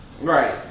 right